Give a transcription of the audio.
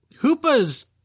Hoopa's